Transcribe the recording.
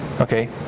okay